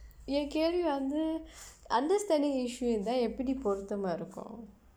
என் கேள்வி வந்து:en keelvi vandthu understanding issue இருந்தா எப்படி பொறுத்தமா இருக்கும்:irundthaa eppadi poruththamaa irukkum